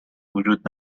وجود